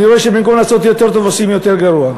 אני רואה שבמקום לעשות יותר טוב עושים יותר גרוע.